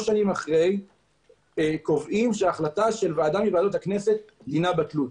שנים אחרי קובעים שהחלטה של ועדה מוועדות הכנסת דינה בטלות.